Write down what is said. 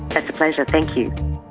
that's a pleasure, thank you.